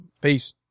Peace